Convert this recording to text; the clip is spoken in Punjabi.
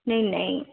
ਨਹੀਂ ਨਹੀਂ